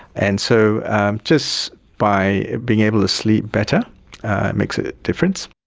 and so just by being able to sleep better makes a difference.